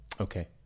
Okay